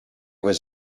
was